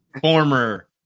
Former